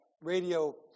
radio